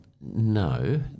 no